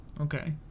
Okay